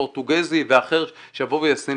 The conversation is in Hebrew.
פורטוגזי או אחר שיבוא וישים,